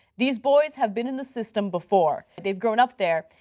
these boys have been in the system before. they've grown up there.